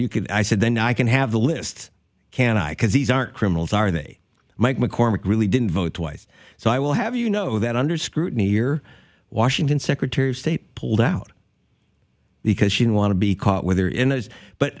you could i said then i can have the list can i cause these are criminals are they mike mccormick really didn't vote twice so i will have you know that under scrutiny or washington secretary of state pulled out because she didn't want to be caught